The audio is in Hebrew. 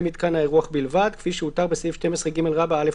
מתקן האירוח בלבד כפי שהותר בסעיף 12ג לחוק.